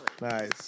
Nice